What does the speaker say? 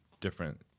different